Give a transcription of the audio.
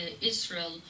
Israel